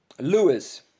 Lewis